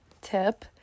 tip